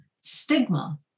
Stigma